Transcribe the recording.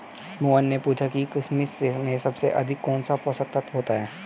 मोहन ने पूछा कि किशमिश में सबसे अधिक कौन सा पोषक तत्व होता है?